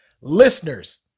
Listeners